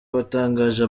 batangaga